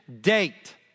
date